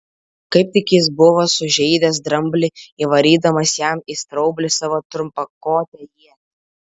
kaip tik jis buvo sužeidęs dramblį įvarydamas jam į straublį savo trumpakotę ietį